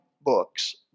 books